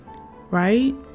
right